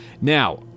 Now